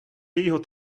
jejího